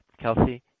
kelsey